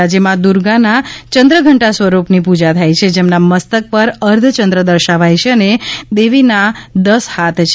આજે મા દુર્ગાના ચંદ્રઘંટા સ્વરૂપની પૂજા થાય છે જેમના મસ્તક પર અર્ધચંદ્ર દર્શાવાય છે અને દેવીના દસ હાથ છે